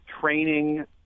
training